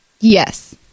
Yes